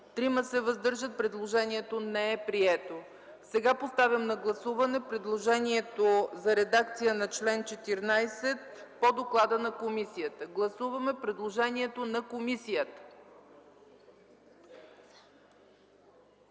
против 64, въздържали се 3. Предложението не е прието. Сега поставям на гласуване предложението за редакция на чл. 14 по доклада на комисията. Гласуваме предложението на комисията.